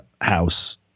house